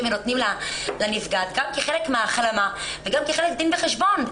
ונותנים לנפגעת גם כחלק מהחלמה וגם כחלק מדין וחשבון?